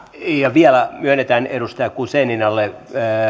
vielä myönnetään edustaja guzeninalle